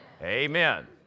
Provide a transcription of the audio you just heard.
amen